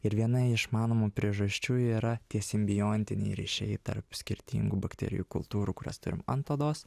ir viena iš manomų priežasčių yra tie simbiontiniai ryšiai tarp skirtingų bakterijų kultūrų kurias turim ant odos